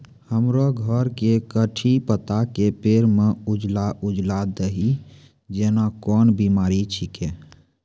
हमरो घर के कढ़ी पत्ता के पेड़ म उजला उजला दही जेना कोन बिमारी छेकै?